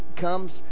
comes